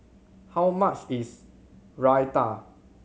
how much is Raita